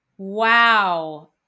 Wow